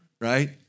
Right